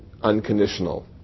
unconditional